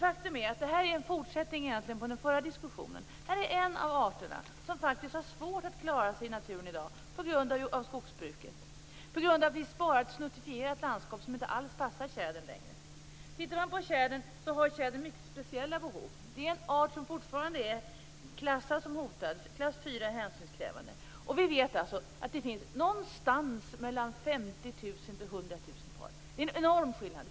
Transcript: Faktum är att detta egentligen är en fortsättning på den förra diskussionen. Här är en av arterna som har svårt att klara sig i naturen i dag på grund av skogsbruket. Vi har sparat ett snuttifierat landskap som inte alls passar tjädern längre. Tjädern har mycket speciella behov. Det är en art som fortfarande klassas som hotad, klass 4, och är hänsynskrävande. Vi vet att det finns någonstans mellan 50 000 och 100 000 par. Det är en enorm skillnad.